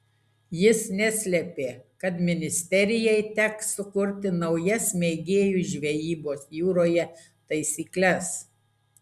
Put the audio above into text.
jis neslėpė kad ministerjai teks sukurti naujas mėgėjų žvejybos jūroje taisykles